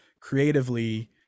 creatively